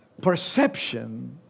Perception